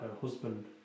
husband